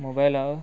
mobile